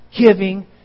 giving